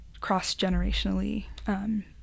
cross-generationally